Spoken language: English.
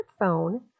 smartphone